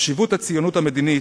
חשיבות הציונות המדינית,